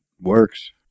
works